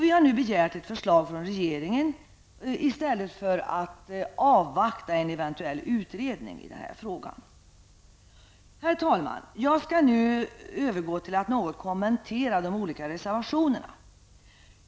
Vi har nu begärt ett förslag från regeringen i stället för att avvakta en eventuell utredning i denna fråga. Herr talman! Jag skall nu övergå till att något kommentera de olika reservationerna.